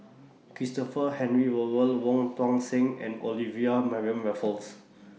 Christopher Henry Rothwell Wong Tuang Seng and Olivia Mariamne Raffles